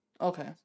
Okay